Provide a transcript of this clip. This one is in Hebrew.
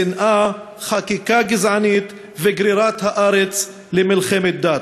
שנאה, חקיקה גזענית וגרירת הארץ למלחמת דת.